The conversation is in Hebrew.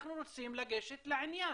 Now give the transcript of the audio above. אנחנו רוצים לגשת לעניין,